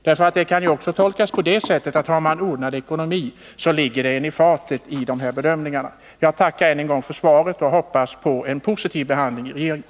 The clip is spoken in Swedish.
Beslutet kan ju tolkas så, att om en förening har ordnad ekonomi, ligger det föreningen i fatet vid dessa bedömningar. Jag tackar än en gång för svaret och hoppas på en positiv behandling i regeringen.